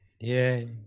Yay